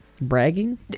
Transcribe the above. Bragging